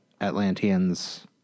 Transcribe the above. Atlanteans